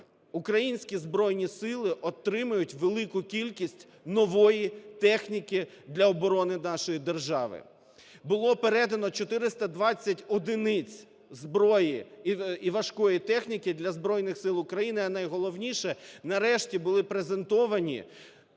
українські Збройні Сили отримують велику кількість нової техніки для оборони нашої держави. Було передано 420 одиниць зброї і важкої техніки для Збройних Сил України. А найголовніше нарешті були презентовані